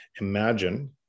Imagine